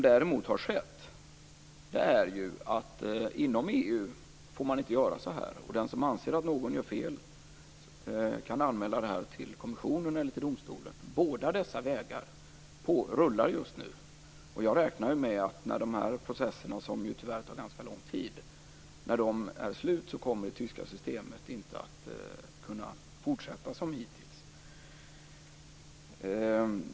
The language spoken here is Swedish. Däremot är det nu så att man inom EU inte får göra så här. Den som anser att någon gör fel kan anmäla detta till kommissionen eller till domstolen. Båda dessa vägar används just nu. Jag räknar med att när dessa processer är slut - tyvärr tar de ganska lång tid - kommer det tyska systemet inte att kunna fortsätta som hittills.